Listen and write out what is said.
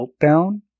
meltdown